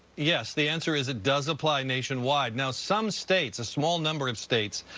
yes. the answer is it does apply nationwide. now, some states, a small number of states,